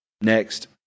Next